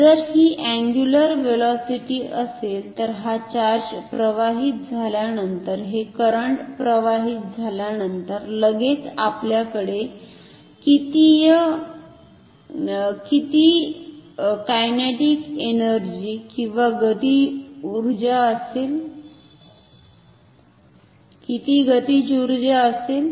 जर हि angular velocity असेल तर हा चार्ज प्रवाहित झाल्यानंतर हे करंट प्रवाहित झाल्यानंतर लगेच आपल्याकडे किती कायनॅटिक एनर्जी गतिज उर्जा असेल